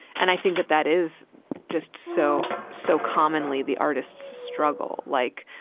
and i think that that is just so, so commonly the artist's struggle, like,